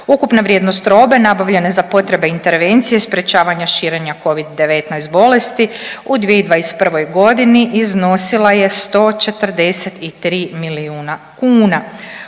Ukupna vrijednost robe nabavljene za potrebe intervencije sprječavanja širenja covid-19 bolesti u 2021. godini iznosila je 143. milijuna kuna.